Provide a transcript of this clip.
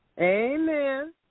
Amen